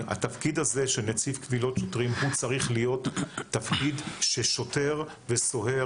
התפקיד הזה של נציב קבילות שוטרים צריך להיות תפקיד ששוטר וסוהר,